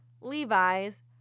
Levi's